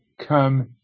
come